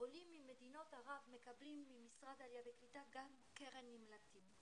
עולים ממדינות ערב מקבלים ממשרד העליה והקליטה גם קרן נמלטים,